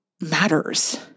matters